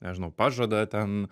nežinau pažada ten